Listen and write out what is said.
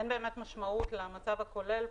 אין באמת משמעות למצב הכולל.